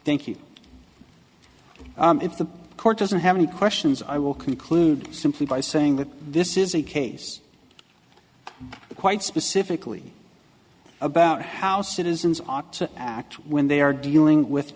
thank you if the court doesn't have any questions i will conclude simply by saying that this is a case quite specifically about how citizens ought to act when they are dealing with